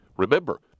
Remember